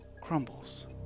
crumbles